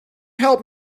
help